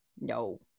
No